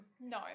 No